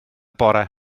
bore